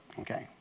Okay